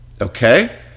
okay